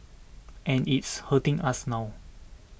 and it's hurting us now